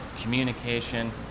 communication